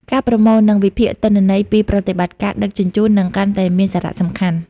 ការប្រមូល និងវិភាគទិន្នន័យពីប្រតិបត្តិការដឹកជញ្ជូននឹងកាន់តែមានសារៈសំខាន់។